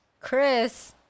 Chris